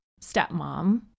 stepmom